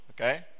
okay